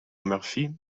murphy